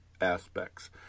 aspects